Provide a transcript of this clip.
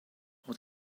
what